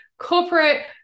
corporate